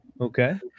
Okay